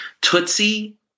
tootsie